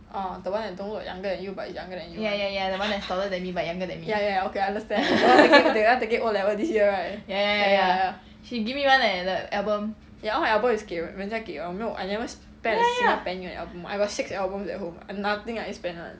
orh the one that don't look younger than you but is younger than you [one] ya ya okay I understand they all they all taking O level this year right ya ya ya ya all my album is 给人人家给 [one] no I never spend a single penny on album I got six albums at home nothing I spend [one]